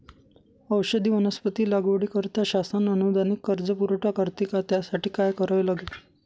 औषधी वनस्पती लागवडीकरिता शासन अनुदानित कर्ज पुरवठा करते का? त्यासाठी काय करावे लागेल?